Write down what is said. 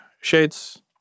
Shades